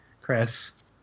Chris